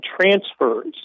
transfers